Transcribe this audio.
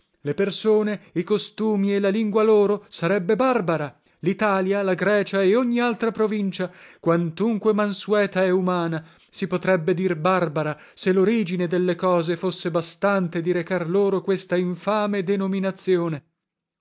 le persone i costumi e la lingua loro sarebbe barbara litalia la grecia e ogni altra provincia quantunque mansueta e umana si potrebbe dir barbara se lorigine delle cose fosse bastante di recar loro questa infame denominazione